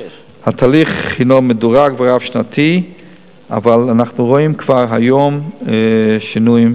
התהליך הינו מדורג ורב-שנתי אבל אנחנו רואים כבר היום שינויים